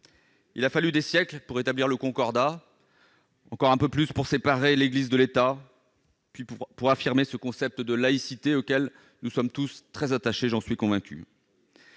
Il a fallu des siècles pour établir le Concordat, un siècle de plus pour séparer l'Église de l'État, puis pour affirmer ce concept de laïcité auquel nous sommes tous très attachés, j'en suis convaincu.